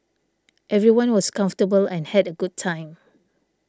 everyone was comfortable and had a good time